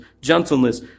gentleness